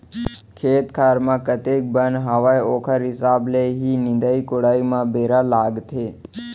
खेत खार म कतेक बन हावय ओकर हिसाब ले ही निंदाई कोड़ाई म बेरा लागथे